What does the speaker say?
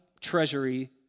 treasury